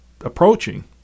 approaching